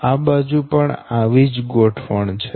આ બાજુ પણ આવી જ ગોઠવણ છે